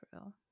true